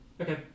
Okay